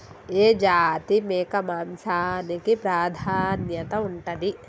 ఏ జాతి మేక మాంసానికి ప్రాధాన్యత ఉంటది?